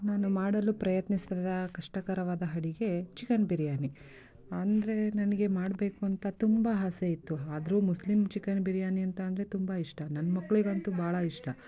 ನಾನು ಮಾಡಲು ಪ್ರಯತ್ನಿಸಿದ ಕಷ್ಟಕರವಾದ ಅಡಿಗೆ ಚಿಕನ್ ಬಿರಿಯಾನಿ ಅಂದ್ರೆ ನನಗೆ ಮಾಡಬೇಕು ಅಂತ ತುಂಬ ಆಸೆ ಇತ್ತು ಆದ್ರು ಮುಸ್ಲಿಮ್ ಚಿಕನ್ ಬಿರಿಯಾನಿ ಅಂತ ಅಂದರೆ ತುಂಬ ಇಷ್ಟ ನನ್ನ ಮಕ್ಕಳಿಗಂತು ಭಾಳ ಇಷ್ಟ